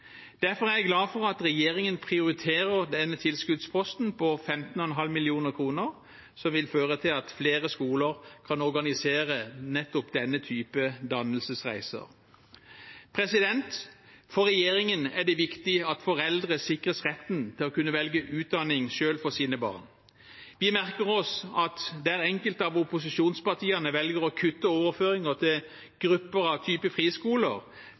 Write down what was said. Derfor er jeg glad for at regjeringen prioriterer denne tilskuddsposten på 15,5 mill. kr, som vil føre til at flere skoler kan organisere nettopp denne typen dannelsesreiser. For regjeringen er det viktig at foreldre sikres retten til selv å velge utdanning for sine barn. Vi merker oss at der enkelte av opposisjonspartiene velger å kutte i overføringer til grupper av typer friskoler,